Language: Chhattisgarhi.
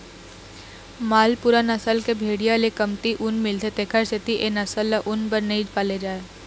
मालपूरा नसल के भेड़िया ले कमती ऊन मिलथे तेखर सेती ए नसल ल ऊन बर नइ पाले जाए